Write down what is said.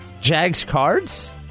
Jags-Cards